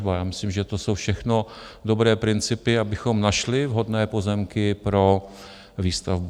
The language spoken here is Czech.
Já myslím, že to jsou všechno dobré principy, abychom našli vhodné pozemky pro výstavbu.